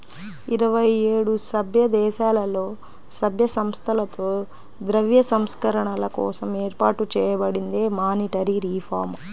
ఇరవై ఏడు సభ్యదేశాలలో, సభ్య సంస్థలతో ద్రవ్య సంస్కరణల కోసం ఏర్పాటు చేయబడిందే మానిటరీ రిఫార్మ్